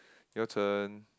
your turn